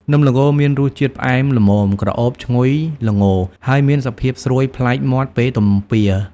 នំល្ងមានរសជាតិផ្អែមល្មម ក្រអូបឈ្ងុយល្ងរ ហើយមានសភាពស្រួយប្លែកមាត់ពេលទំពារ។